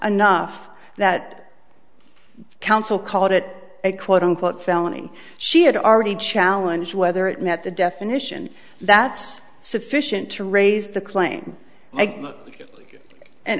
enough that council called it a quote unquote felony she had already challenge whether it met the definition that's sufficient to raise the claim